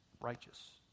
righteous